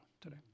today